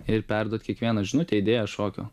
ir perduot kiekvieną žinutę idėją šokio